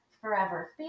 forever